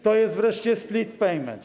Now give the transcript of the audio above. To jest wreszcie split payment.